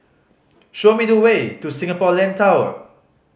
show me the way to Singapore Land Tower